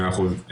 מאה אחוז.